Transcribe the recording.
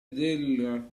della